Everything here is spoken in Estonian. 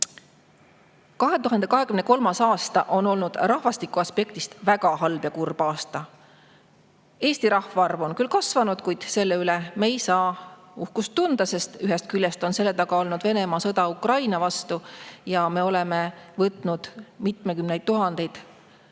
2023. aasta on olnud rahvastiku aspektist väga halb ja kurb aasta. Eesti rahvaarv on küll kasvanud, kuid selle üle me ei saa uhkust tunda, kuna ühest küljest on selle taga olnud Venemaa sõda Ukraina vastu, mistõttu me oleme võtnud Eestisse vastu mitmekümneid tuhandeid